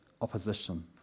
opposition